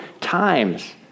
times